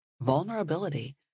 vulnerability